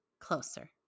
closer